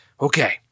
Okay